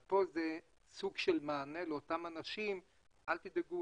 אז כאן יש סוג של מענה לאותם אנשים שלא ידאגו,